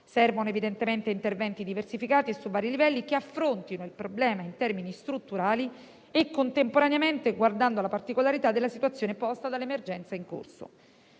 servono evidentemente interventi diversificati e su vari livelli, che affrontino il problema in termini strutturali e, contemporaneamente, guardando alla particolarità della situazione posta dall'emergenza in corso.